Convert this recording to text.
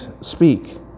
speak